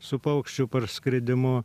su paukščių parskridimu